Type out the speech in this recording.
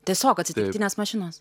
tiesiog atsitiktinės mašinos